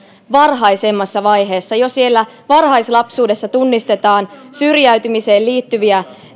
varhaisemmassa vaiheessa jo siellä varhaislapsuudessa tunnistetaan syrjäytymiseen liittyviä